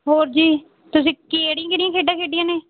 ਹੋਰ ਜੀ ਤੁਸੀਂ ਕਿਹੜੀਆਂ ਕਿਹੜੀਆਂ ਖੇਡਾਂ ਖੇਡੀਆਂ ਨੇ